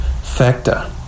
factor